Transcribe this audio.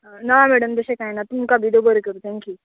ना मॅडम तशें कांय ना तुमकां बी दो बरें कर थँक्यू